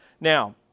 Now